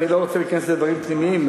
אני לא רוצה להיכנס לדברים פנימיים,